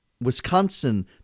Wisconsin